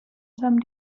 some